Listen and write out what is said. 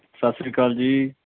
ਸਤਿ ਸ਼੍ਰੀ ਅਕਾਲ ਜੀ